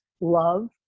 love